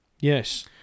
Yes